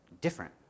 different